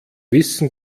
wissen